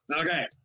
Okay